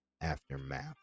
Aftermath